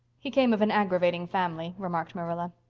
he came of an aggravating family, remarked marilla.